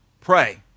pray